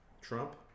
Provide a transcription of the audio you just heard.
Trump